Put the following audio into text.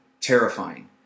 terrifying